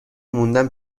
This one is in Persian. موندم